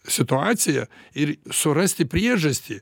situaciją ir surasti priežastį